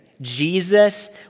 Jesus